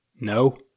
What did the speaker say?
no